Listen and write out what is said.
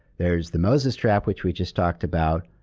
there's the moses trap, which we just talked about,